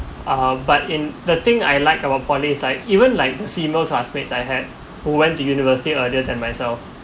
ah but in the thing I like about poly is like even like the female classmates I had who went to university earlier than myself